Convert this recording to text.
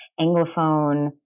Anglophone